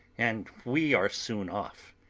and we are soon off.